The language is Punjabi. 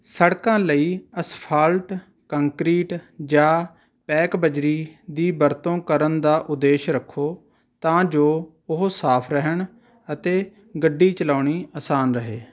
ਸੜਕਾਂ ਲਈ ਅਸਫਾਲਟ ਕੰਕਰੀਟ ਜਾਂ ਪੈਕ ਬੱਜਰੀ ਦੀ ਵਰਤੋਂ ਕਰਨ ਦਾ ਉਦੇਸ਼ ਰੱਖੋ ਤਾਂ ਜੋ ਉਹ ਸਾਫ਼ ਰਹਿਣ ਅਤੇ ਗੱਡੀ ਚਲਾਉਣੀ ਅਸਾਨ ਰਹੇ